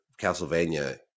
Castlevania